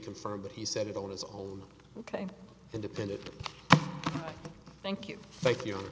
confirmed that he said it on his own ok independent thank you thank you